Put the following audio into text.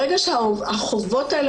ברגע שהחובות האלה